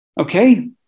okay